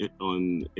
on